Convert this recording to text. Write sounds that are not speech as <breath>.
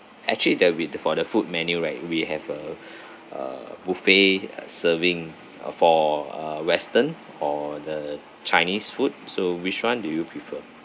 actually there'll be the for the food menu right we have a <breath> uh buffet <noise> serving a for uh western or the chinese food so which [one] do you prefer